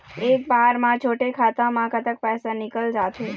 एक बार म छोटे खाता म कतक पैसा निकल जाथे?